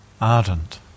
ardent